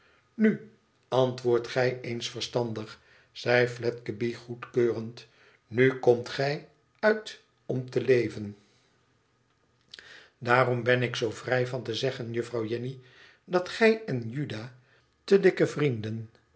nu antwoordt gij eens verstandig zei fledgeby goedkeurend tnu komt gij uit om te leven daarom ben ik zoo vrij van te zeggen juffrouw jenny dat gij en juda te dikke vrienden